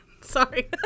Sorry